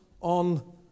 on